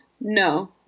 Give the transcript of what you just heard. No